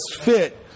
fit